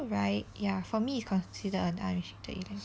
right ya for me it's considered an unrestricted elective